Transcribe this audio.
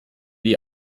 die